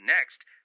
Next